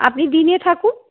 আপনি দিনে থাকুন